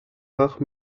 rare